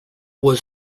was